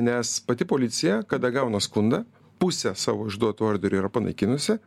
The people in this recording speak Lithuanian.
nes pati policija kada gauna skundą pusę savo išduotų orderių yra panaikinusi